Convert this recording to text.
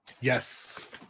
yes